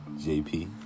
JP